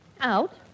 Out